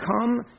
come